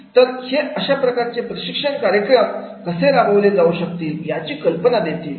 तर हे अशा प्रकारचे प्रशिक्षण कार्यक्रम रम कसे राबवले जाऊ शकतात याची कल्पना देतील